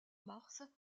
mars